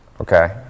okay